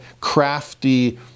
crafty